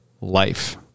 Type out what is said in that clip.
Life